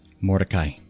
Mordecai